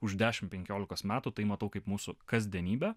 už dešim penkiolikos metų tai matau kaip mūsų kasdienybę